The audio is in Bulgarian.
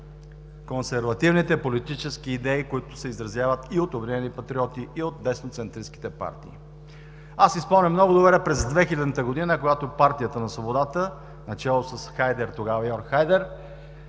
консервативните политически идеи, които се изразяват и от „Обединени патриоти“, и от дясноцентристките партии. Аз си спомням много добре през 2000 г., когато Партията на свободата, начело с Хайдер тогава – Йорг Хайдер